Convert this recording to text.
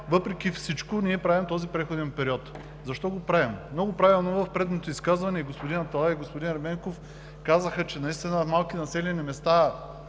въпреки всичко ние правим този преходен период. Защо го правим? Много правилно в предните изказвания и господин Аталай, и господин Ерменков казаха, че в малките населени места,